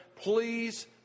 Please